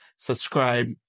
subscribe